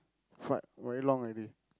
fight very long already